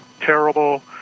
terrible